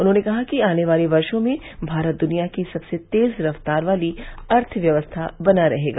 उन्होंने कहा कि आने वाले वर्षो में भारत दुनिया की सबसे तेज रफ्तार वाली अर्थव्यवस्था बना रहेगा